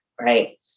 right